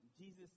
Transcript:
Jesus